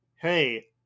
hey